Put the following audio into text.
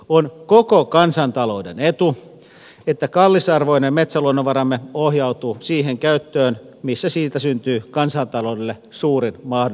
on koko kansantalouden etu että kallisarvoinen metsäluonnonvaramme ohjautuu siihen käyttöön missä siitä syntyy kansantaloudelle suurin mahdollinen lisäarvo